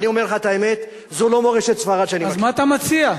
אז מה אתה מציע?